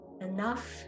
Enough